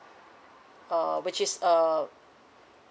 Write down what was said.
uh which is uh